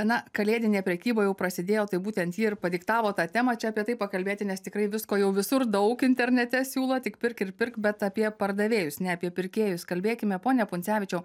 na kalėdinė prekyba jau prasidėjo tai būtent ji ir padiktavo tą temą čia apie tai pakalbėti nes tikrai visko jau visur daug internete siūlo tik pirk ir pirk bet apie pardavėjus ne apie pirkėjus kalbėkime ponia pundzevičiau